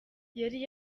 yari